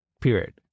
period